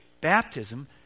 baptism